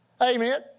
amen